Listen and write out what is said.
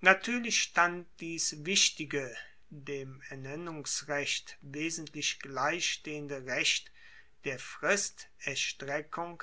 natuerlich stand dies wichtige dem ernennungsrecht wesentlich gleichstehende recht der